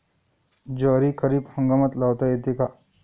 ज्वारी खरीप हंगामात लावता येते का?